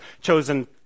chosen